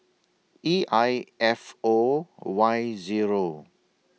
E I F O Y Zero